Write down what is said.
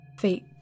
Fate